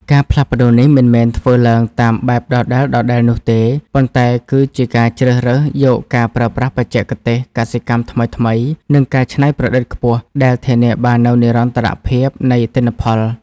ការផ្លាស់ប្តូរនេះមិនមែនធ្វើឡើងតាមបែបដដែលៗនោះទេ ប៉ុន្តែគឺជាការជ្រើសរើសយកការប្រើប្រាស់បច្ចេកទេសកសិកម្មថ្មីៗ និងការច្នៃប្រឌិតខ្ពស់ដែលធានាបាននូវនិរន្តរភាពនៃទិន្នផល។